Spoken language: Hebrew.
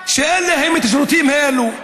שאין להם השירותים האלה.